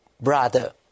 brother